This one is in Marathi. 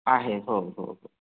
आहे होय हो हो